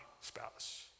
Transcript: spouse